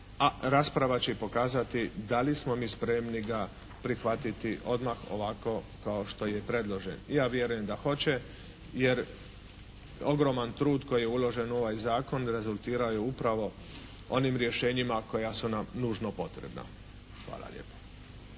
a rasprava će i pokazati da li smo mi spremni ga prihvatiti odmah ovako kao što je i predložen. Ja vjerujem da hoće. Jer ogroman trud koji je uložen u ovaj zakon rezultirao je upravo onim rješenjima koja su nam nužno potrebna. Hvala lijepo.